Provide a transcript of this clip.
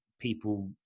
people